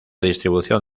distribución